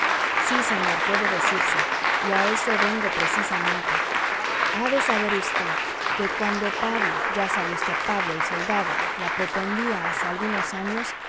sí señor puede decirse y a eso vengo precisamente ha de saber vd que cuando pablo ya sabe vd pablo el soldado la pretendía hace algunos años